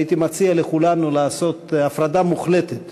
הייתי מציע לכולנו לעשות הפרדה מוחלטת